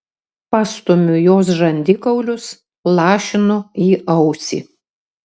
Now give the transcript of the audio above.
pastumiu jos žandikaulius lašinu į ausį